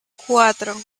cuatro